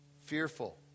Fearful